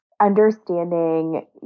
understanding